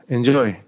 Enjoy